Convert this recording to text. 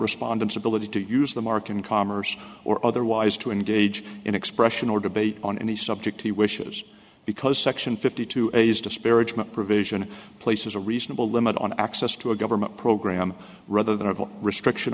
respondents ability to use the mark in commerce or otherwise to engage in expression or debate on any subject he wishes because section fifty two a is disparagement provision places a reasonable limit on access to a government program rather than a restriction